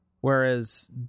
Whereas